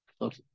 Okay